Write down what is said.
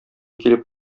килеп